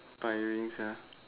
tiring sia